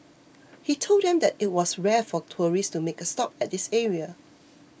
he told them that it was rare for tourists to make a stop at this area